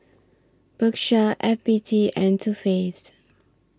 Bershka F B T and Too Faced